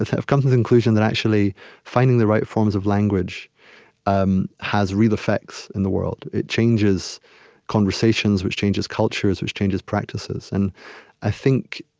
i've come to the conclusion that, actually, finding the right forms of language um has real effects in the world. it changes conversations, which changes cultures, which changes practices. and i think,